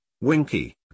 Winky